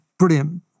brilliant